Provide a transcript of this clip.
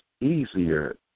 easier